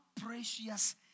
precious